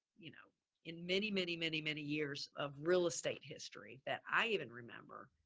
you know in many, many, many, many years of real estate history that i even remember,